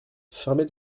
fermez